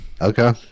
Okay